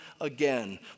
again